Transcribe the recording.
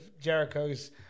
Jericho's